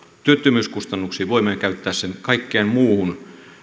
työttömyyskustannuksiin voimme käyttää sen kaikkiin muihin